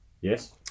Yes